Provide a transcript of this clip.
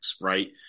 right